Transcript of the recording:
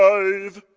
brave